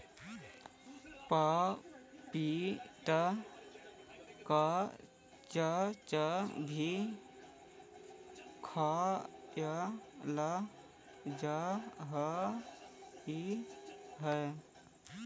पपीता कच्चा भी खाईल जा हाई हई